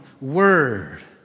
word